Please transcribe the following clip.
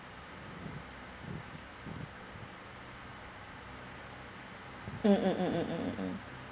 mm mm mm mm mm mm